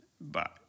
Bye